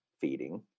feeding